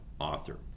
author